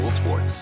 sports